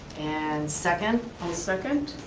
and second. i'll second.